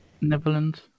Netherlands